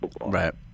Right